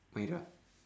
mairah